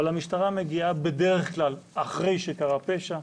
אבל המשטרה מגיעה בדרך כלל אחרי שקרה פשע.